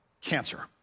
cancer